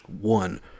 one